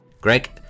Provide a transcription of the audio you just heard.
Greg